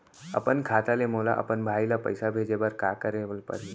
अपन खाता ले मोला अपन भाई ल पइसा भेजे बर का करे ल परही?